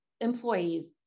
employees